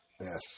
Yes